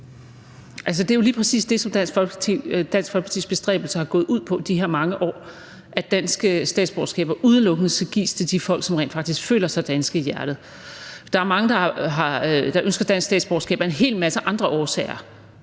Det er jo lige præcis det, Dansk Folkepartis bestræbelser er gået ud på de her mange år: at danske statsborgerskaber udelukkende skal gives til de folk, som rent faktisk føler sig danske i hjertet. Der er mange, der ønsker dansk statsborgerskab af en hel masse andre årsager